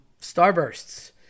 Starbursts